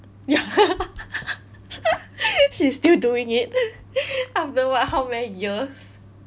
ya she's still doing it after what how many years